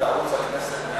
חבר הכנסת שי,